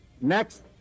Next